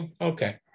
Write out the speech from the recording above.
Okay